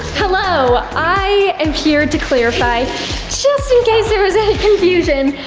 hello, i am here to clarify just in case there was any confusion,